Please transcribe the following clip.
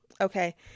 Okay